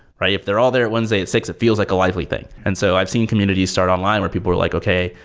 if they're all there at wednesday at six, it feels like a lively thing. and so i've seen communities start online where people were like, okay.